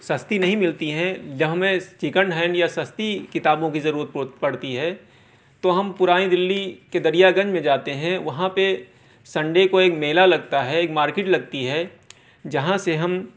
سَستی نہیں ملتی ہیں جب ہمیں سیکینڈ ہینڈ یا سَستی کتابوں کی ضرورت پہ پڑتی ہے تو ہم پُرانی دِلی کے دریاگنج میں جاتے ہیں وہاں پہ سنڈے کو ایک میلہ لگتا ہے ایک مارکیٹ لگتی ہے جہاں سے ہم